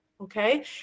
okay